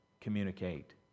communicate